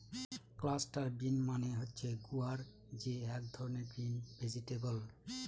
cluster bean মানে হচ্ছে গুয়ার যে এক ধরনের গ্রিন ভেজিটেবল